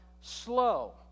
slow